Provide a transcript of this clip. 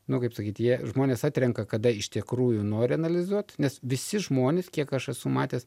nu kaip sakyt jie žmonės atrenka kada iš tikrųjų nori analizuot nes visi žmonės kiek aš esu matęs